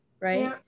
right